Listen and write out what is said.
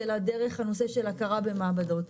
אלא דרך הנושא של הכרה במעבדות.